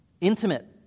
intimate